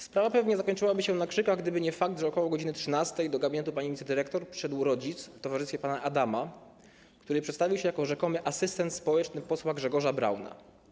Sprawa pewnie zakończyłaby się na krzykach gdyby nie fakt, że ok. godz. 13 do gabinetu pani wicedyrektor przyszedł rodzic w towarzystwie pana Adama, który przedstawił się jako rzekomy asystent społeczny posła Grzegorza Brauna.